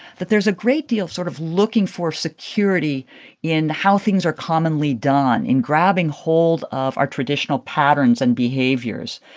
that there's a great deal of sort of looking for security in how things are commonly done and grabbing hold of our traditional patterns and behaviors.